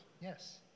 Yes